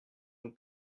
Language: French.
nous